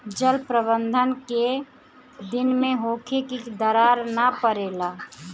जल प्रबंधन केय दिन में होखे कि दरार न परेला?